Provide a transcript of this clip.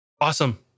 Awesome